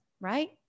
right